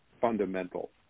fundamental